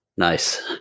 Nice